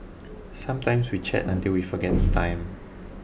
sometimes we chat until we forget the time